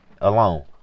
alone